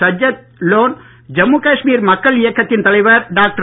சஜ்ஜத் லோன் ஜம்மு காஷ்மீர் மக்கள் இயக்கத்தின் தலைவர் டாக்டர்